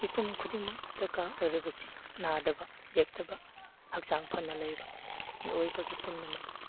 ꯃꯤꯄꯨꯝ ꯈꯨꯗꯤꯡꯃꯛꯅ ꯗꯔꯀꯥꯔ ꯑꯣꯏꯔꯤꯕꯁꯤ ꯅꯥꯗꯕ ꯌꯦꯛꯇꯕ ꯍꯛꯆꯥꯡ ꯐꯅ ꯂꯩꯕ ꯃꯤꯑꯣꯏꯕꯒꯤ ꯄꯨꯝꯅꯃꯛꯁꯤ